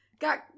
Got